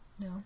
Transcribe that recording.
No